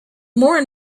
more